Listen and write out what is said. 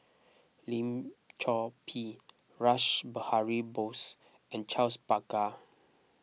Lim Chor Pee Rash Behari Bose and Charles Paglar